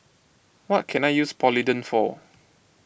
what can I use Polident for